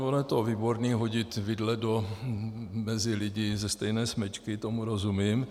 Ono je to výborné, hodit vidle mezi lidi ze stejné smečky, tomu rozumím.